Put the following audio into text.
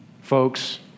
Folks